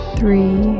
three